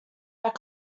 are